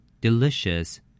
delicious